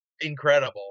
incredible